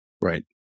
Right